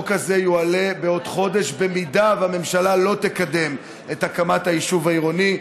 הזה יועלה בעוד חודש במידה שהממשלה לא תקדם את הקמת היישוב העירוני.